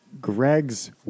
Greg's